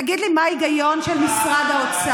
תגיד לי מה ההיגיון של משרד האוצר.